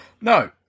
No